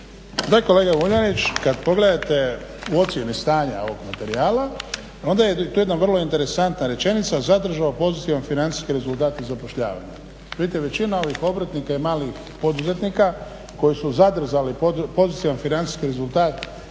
kolega Vuljanić kad pogledate u ocijeni stanja ovog materijala onda je tu jedna vrlo interesantna rečenica, zadržao pozitivom financijske rezultate zapošljavanja. Vidite većina ovih obrtnika i malih poduzetnika koji su zadržali pozitivan financijski rezultati